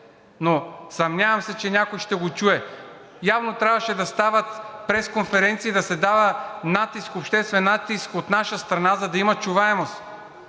Съмнявам се, че някой ще го чуе. Явно трябваше да стават пресконференции, да се дава обществен натиск от наша страна, за да има чуваемост,